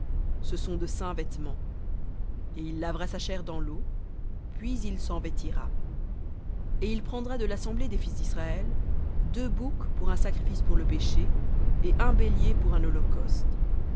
ce sont de saints vêtements et il lavera sa chair dans l'eau puis il s'en vêtira et il prendra de l'assemblée des fils d'israël deux boucs pour un sacrifice pour le péché et un bélier pour un holocauste et